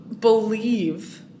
believe